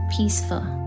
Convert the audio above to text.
Peaceful